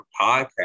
Podcast